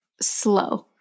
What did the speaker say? slow